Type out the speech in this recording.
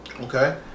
Okay